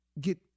Get